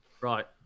Right